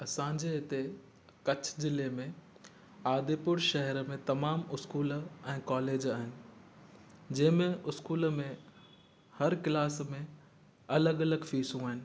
असांजे हिते कच्छ ज़िले में आदिपुर शहर में तमामु स्कूल ऐं कॉलेज आहिनि जंहिंमें स्कूल में हर क्लास में अलॻि अलॻि फिसूं आहिनि